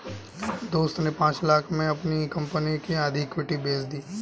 दोस्त ने पांच लाख़ में अपनी कंपनी की आधी इक्विटी बेंच दी